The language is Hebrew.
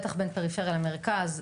בטח בין פריפריה למרכז,